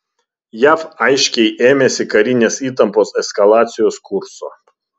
jav aiškiai ėmėsi karinės įtampos eskalacijos kurso